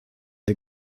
der